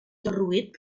derruït